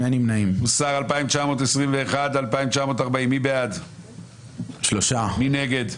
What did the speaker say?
4 בעד, 9 נגד,